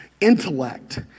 intellect